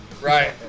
Right